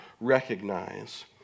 recognize